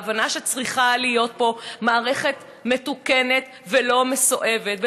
ההבנה שצריכה להיות פה מערכת מתוקנת ולא מסואבת,